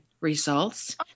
results